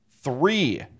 three